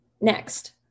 next